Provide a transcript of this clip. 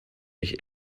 mich